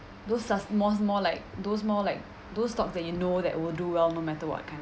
those so~ more more like those more like those more like those stocks that you know that will do well no matter what